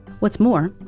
what's more,